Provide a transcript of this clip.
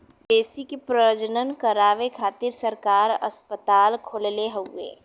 मवेशी के प्रजनन करावे खातिर सरकार अस्पताल खोलले हउवे